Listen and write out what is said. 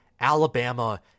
Alabama